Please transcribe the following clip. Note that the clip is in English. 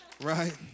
Right